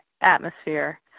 atmosphere